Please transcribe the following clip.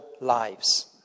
lives